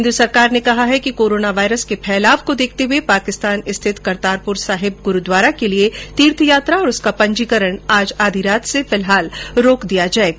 केन्द्र सरकार ने कहा है कि कोरोना वायरस के फैलाव को देखते हुए पाकिस्तान स्थित करतारपुर साहिब ग्रूट्वारा के लिए तीर्थयात्रा और उसका पंजीकरण आज आधी रात से फिलहाल रोक दिया जायेगा